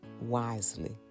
wisely